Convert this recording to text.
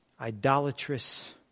idolatrous